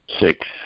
Six